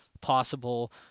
possible